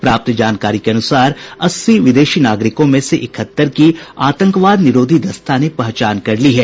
प्राप्त जानकारी के अनुसार अस्सी विदेशी नागरिकों में से इकहत्तर की आतंकवाद निरोधी दस्ता ने पहचान कर ली है